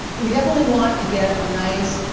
you definitely want to get a nice,